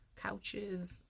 couches